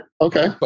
Okay